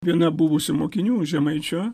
viena buvusių mokinių žemaičio